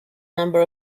number